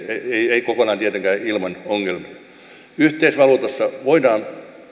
ei kokonaan tietenkään ilman ongelmia yhteisvaluutassa voidaan